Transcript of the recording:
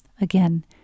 Again